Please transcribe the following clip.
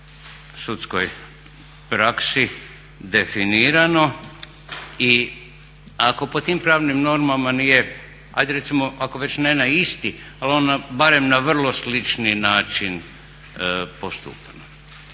sudskoj praksi definirano i ako po tim pravnim normama nije, ajde recimo ako već ne na isti al ono barem na vrlo slični način postupano.